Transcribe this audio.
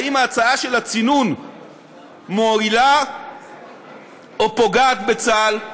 האם ההצעה של הצינון מועילה או פוגעת בצה"ל,